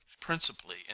principally